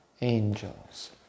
angels